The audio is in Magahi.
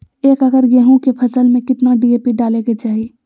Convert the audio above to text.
एक एकड़ गेहूं के फसल में कितना डी.ए.पी डाले के चाहि?